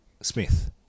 Smith